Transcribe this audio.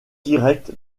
direct